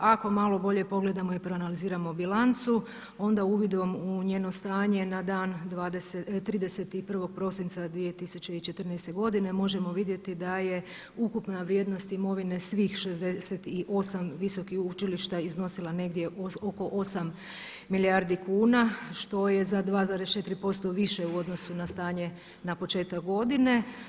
A ako malo bolje pogledamo i proanaliziramo bilancu onda uvidom u njeno stanje na dan 31. prosinca 2014. godine možemo vidjeti da je ukupna vrijednost imovine svih 68 visokih učilišta iznosila negdje oko 8 milijardi kuna što je za 2,4% više u odnosu na stanje na početku godine.